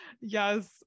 Yes